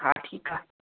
हा ठीकु आहे